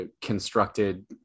constructed